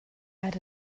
add